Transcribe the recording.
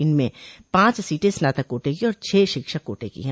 इनमें पांच सीटें स्नातक कोटे की और छह शिक्षक कोटे की हैं